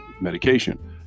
medication